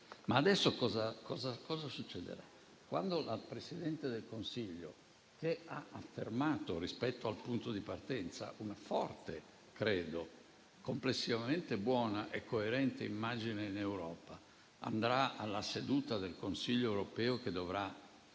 Ma adesso cosa succederà? Quando il Presidente del Consiglio, che ha affermato, rispetto al punto di partenza, una - credo - forte complessivamente buona e coerente immagine in Europa, andrà alla seduta del Consiglio europeo che dovrà